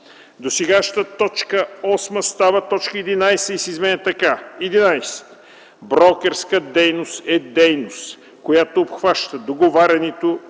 Досегашната т. 8 става т. 11 и се изменя така: „11. „Брокерска дейност” е дейност, която обхваща договарянето